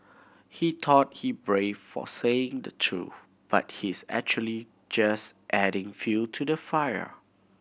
he thought he brave for saying the truth but he's actually just adding fuel to the fire